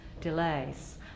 delays